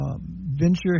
venture